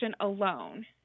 alone